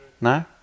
No